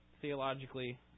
theologically